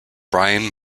brian